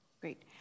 Great